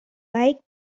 like